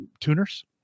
tuners